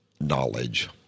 knowledge